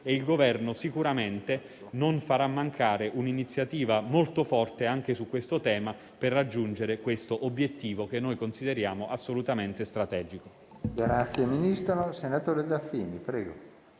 e il Governo sicuramente non farà mancare un'iniziativa molto forte anche su questo tema per raggiungere un obiettivo che consideriamo assolutamente strategico.